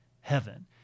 heaven